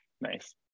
nice